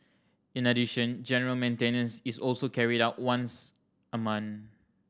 in addition general maintenance is also carried out once a month